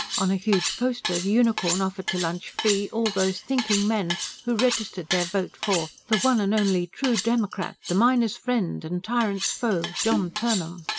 on a huge poster the unicorn offered to lunch free all those thinking men who registered their vote for the one and only true democrat, the miners' friend and tyrants' foe, john turnham.